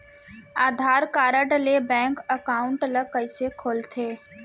आधार card ले bank account ल कइसे खोलथे?